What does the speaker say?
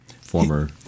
Former